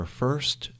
first